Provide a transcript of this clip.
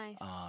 Nice